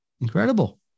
Incredible